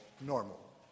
normal